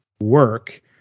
work